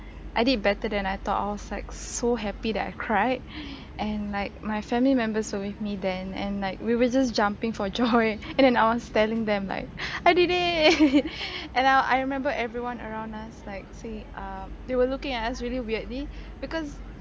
I did better than I thought I was like so happy that I cried and like my family members were with me then and like we were just jumping for joy and then I was telling them like I did it and I wa~ I remember everyone around us like see uh they were looking at us really weirdly because